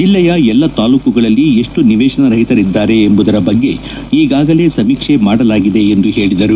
ಜಲ್ಲೆಯ ಎಲ್ಲಾ ತಾಲ್ಲೂಕುಗಳಲ್ಲಿ ಎಷ್ಟು ನಿವೇಶರಹಿತರಿದ್ದಾರೆ ಎಂಬುದರ ಬಗ್ಗೆ ಈಗಾಗಲೇ ಸಮೀಕ್ಷೆ ಮಾಡಲಾಗಿದೆ ಎಂದು ಹೇಳಿದರು